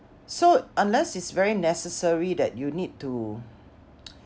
so unless it's very necessary that you need to